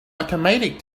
automated